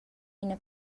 ina